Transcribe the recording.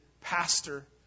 pastor